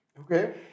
Okay